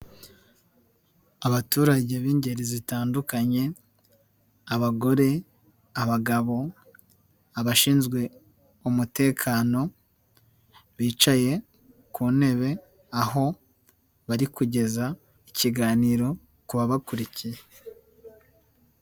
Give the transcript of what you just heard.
Abaturage b'ingeri zitandukanye abagore, abagabo, abashinzwe umutekano bicaye ku ntebe aho bari kugeza ikiganiro ku babakurikiye.